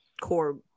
core